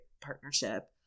partnership